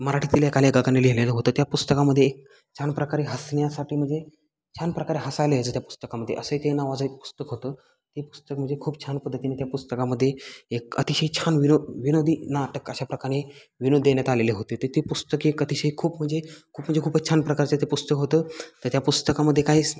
मराठीतील एका लेखकाने लिहिलेलं होतं त्या पुस्तकामध्ये एक छान प्रकारे हसण्यासाठी म्हणजे छान प्रकारे हसायला यायचं त्या पुस्तकामध्ये असं ते नावाचं एक पुस्तक होतं ते पुस्तक म्हणजे खूप छान पद्धातीने त्या पुस्तकामध्ये एक अतिशय छान विनो विनोदी नाटक अशा प्रकारे विनोद देण्यात आलेले होते ते ते पुस्तक एक अतिशय खूप म्हणजे खूप म्हणजे खूपच छान प्रकारचं ते पुस्तक होतं तर त्या पुस्तकामध्ये काहीच